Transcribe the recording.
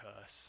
cuss